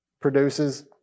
produces